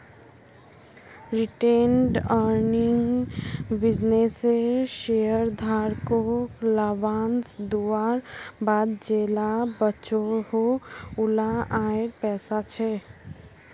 retained earning बिज्नेसेर शेयरधारकोक लाभांस दुआर बाद जेला बचोहो उला आएर पैसा छे